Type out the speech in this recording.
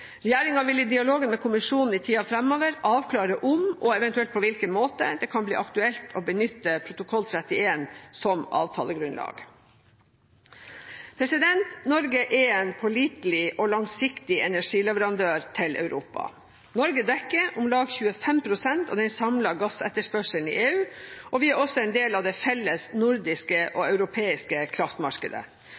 vil i dialogen med kommisjonen i tida framover avklare om, og eventuelt på hvilken måte, det kan bli aktuelt å benytte protokoll 31 som avtalegrunnlag. Norge er en pålitelig og langsiktig energileverandør til Europa. Norge dekker om lag 25 pst. av den samlede gassetterspørselen i EU. Vi er også en del av det felles nordiske og europeiske kraftmarkedet.